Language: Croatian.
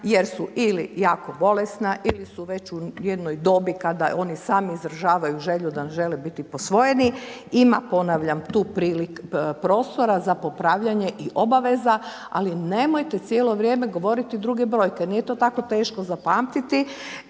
jer su ili jako bolesna ili su već u jednoj dobi kada oni sami izražavaju želju da ne žele biti posvojeni. Ima ponavljam tu prostora za popravljanje i obaveza ali nemojte cijelo vrijeme govoriti druge brojke, nije to tako teško zapamtiti.